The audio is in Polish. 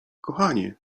kochanie